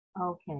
Okay